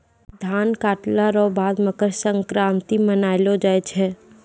धान काटला रो बाद मकरसंक्रान्ती मानैलो जाय छै